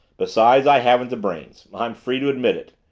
besides i haven't the brains i'm free to admit it.